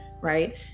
right